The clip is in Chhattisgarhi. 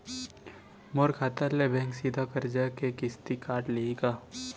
मोर खाता ले बैंक सीधा करजा के किस्ती काट लिही का?